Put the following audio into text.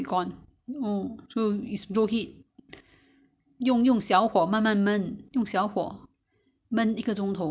所以 so so do you do you want to put anything else any ingredients